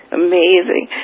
amazing